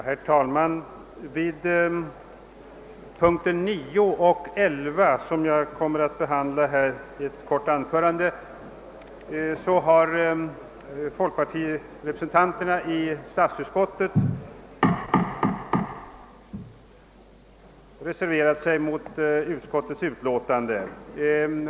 Herr talman! Vid punkterna 9 och 11 som jag kommer att behandla i ett kort anförande har folkpartirepresentanterna i statsutskottet reserverat sig mot utskottets förslag.